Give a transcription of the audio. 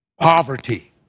poverty